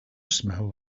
smell